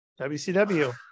WCW